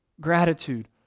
Gratitude